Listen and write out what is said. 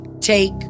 take